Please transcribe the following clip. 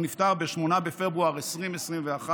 הוא נפטר ב-8 בפברואר 2021,